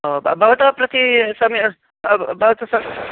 ओ भवतः प्रति सम भवतः सम